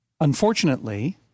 Unfortunately—